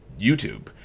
YouTube